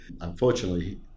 unfortunately